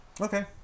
Okay